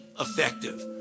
effective